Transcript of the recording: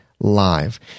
live